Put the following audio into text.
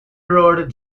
road